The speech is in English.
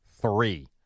Three